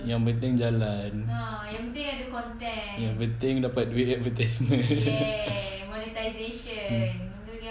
yang penting jalan yang penting dapat duit advertisement mm